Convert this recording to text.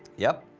yep,